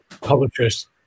publishers